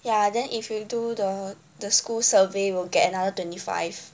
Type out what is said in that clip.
ya then if you do the the school survey will get another twenty five